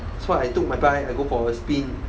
so I took my bike I go for a spin